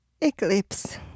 Eclipse